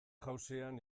jauzian